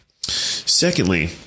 Secondly